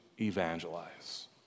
evangelize